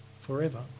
forever